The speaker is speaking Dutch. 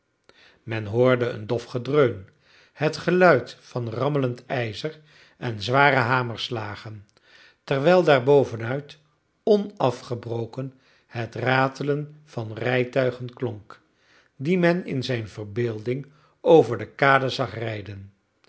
men hoorde een dof gedreun het geluid van rammelend ijzer en zware hamerslagen terwijl daar bovenuit onafgebroken het ratelen van rijtuigen klonk die men in zijn verbeelding over de kade zag rijden